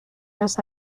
las